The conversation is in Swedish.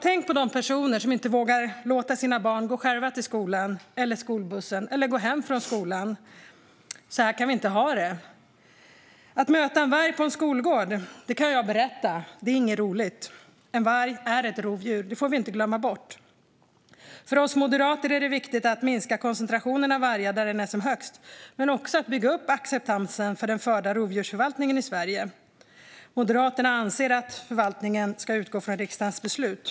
Tänk på de personer som inte vågar låta sina barn gå själva till skolan eller skolbussen eller hem från skolan. Så kan vi inte ha det. Att möta en varg på en skolgård är inte roligt, kan jag berätta. Vi får inte glömma bort att vargen är ett rovdjur. För oss moderater är det viktigt att minska koncentrationen av vargar där den är som högst men också att bygga acceptansen för Sveriges rovdjursförvaltning. Moderaterna anser att förvaltningen ska utgå från riksdagens beslut.